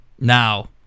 Now